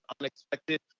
unexpected